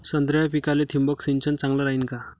संत्र्याच्या पिकाले थिंबक सिंचन चांगलं रायीन का?